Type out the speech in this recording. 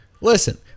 Listen